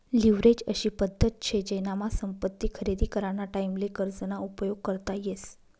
leverage अशी पद्धत शे जेनामा संपत्ती खरेदी कराना टाईमले कर्ज ना उपयोग करता येस